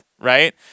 right